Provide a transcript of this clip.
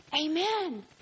amen